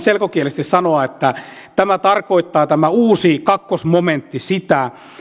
selkokielisesti sanoa että tämä uusi toinen momentti tarkoittaa sitä